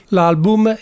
L'album